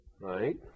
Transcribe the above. right